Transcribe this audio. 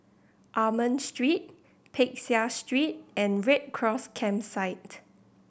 Almond Street Peck Seah Street and Red Cross Campsite